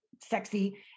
sexy